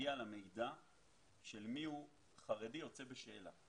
להגיע למידע של מי הוא חרדי יוצא בשאלה.